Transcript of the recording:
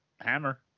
Hammer